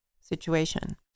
situation